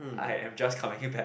I am just coming back